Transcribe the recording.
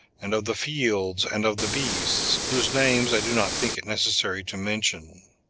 and of the fields, and of the beasts, whose names i do not think it necessary to mention.